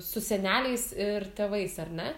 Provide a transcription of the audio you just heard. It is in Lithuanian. su seneliais ir tėvais ar ne